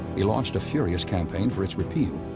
he launched a furious campaign for its repeal.